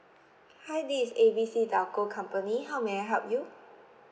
hi this is A B C telco company how may I help you